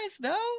no